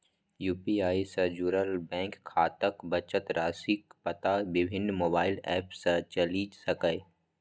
UPI सं जुड़ल bank खाताक बचत राशिक पता विभिन्न मोबाइल एप सं चलि सकैए